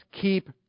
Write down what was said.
keep